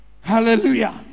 Hallelujah